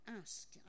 ask